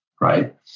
right